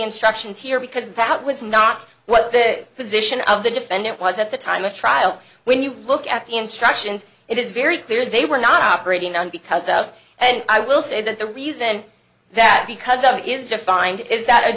instructions here because that was not what the position of the defendant was at the time of trial when you look at the instructions it is very clear they were not operating on because of and i will say that the reason that because it is defined is that